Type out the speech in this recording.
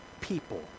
people